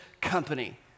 company